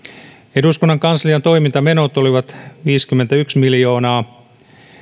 eduskunnan kanslian toimintamenot olivat viisikymmentäyksi miljoonaa